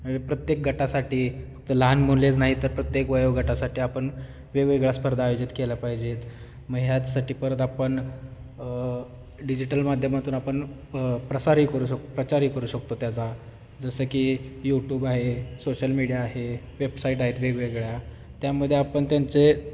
प्रत्येक गटासाठी फक्त लहान मुलेच नाहीत तर प्रत्येक वयोगटासाठी आपण वेगवेगळ्या स्पर्धा आयोजित केल्या पाहिजेत मग यासाठी परत आपण डिजिटल माध्यमातून आपण प्रसारही करू शक प्रचारही करू शकतो त्याचा जसं की यूट्यूब आहे सोशल मीडिया आहे वेबसाईट आहेत वेगवेगळ्या त्यामध्ये आपण त्यांचे